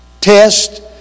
test